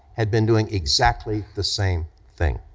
had been doing exactly the same thing.